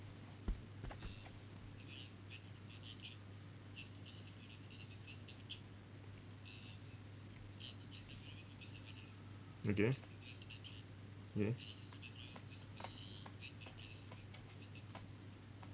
okay okay